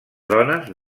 dones